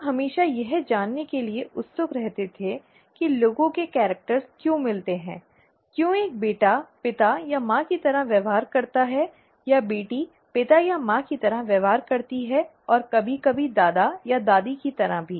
लोग हमेशा यह जानने के लिए उत्सुक रहते थे कि लोगों के कैरिक्टर क्यों मिलते हैं क्यों एक बेटा पिता या माँ की तरह व्यवहार करता है या बेटी पिता या माँ की तरह व्यवहार करती है और कभी कभी दादा या दादी की तरह भी